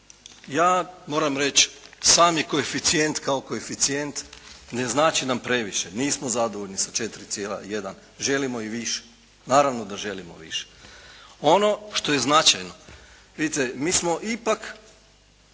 Ja moram reći sami koeficijent kao koeficijent ne znači nam previše, nismo zadovoljni sa 4,1 želimo i više. Naravno da želimo više. Ono što je značajno, vidite mi smo ipak